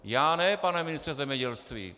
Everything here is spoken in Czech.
Já ne, pane ministře zemědělství!